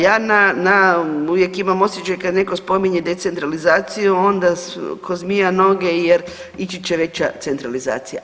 Ja uvijek imam osjećaj kad netko spominje decentralizaciju onda ko zmija noge jer ići će veća centralizacija.